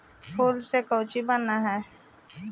फूल से का चीज बनता है?